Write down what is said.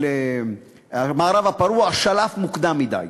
על המערב הפרוע, שלף מוקדם מדי.